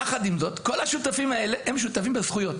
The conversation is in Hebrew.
יחד עם זאת כל השותפים האלה הם שותפים בזכויות.